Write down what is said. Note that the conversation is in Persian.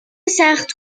سخت